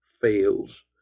fails